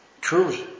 Truly